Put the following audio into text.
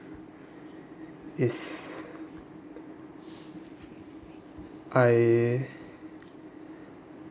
is I